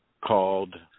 called –